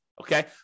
okay